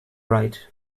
right